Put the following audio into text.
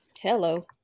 Hello